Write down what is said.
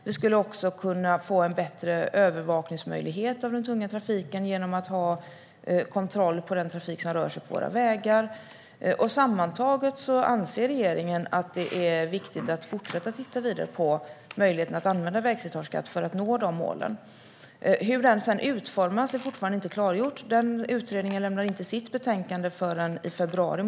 Vi skulle också få bättre möjligheter att kunna övervaka den tunga trafiken genom att ha kontroll på den trafik som rör sig på våra vägar. Sammantaget anser regeringen att det är viktigt att fortsätta att titta på möjligheten att använda vägslitageskatt för att nå dessa mål. Hur en sådan ska utformas är ännu inte klargjort. Denna utredning lämnar inte sitt betänkande förrän i februari.